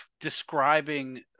describing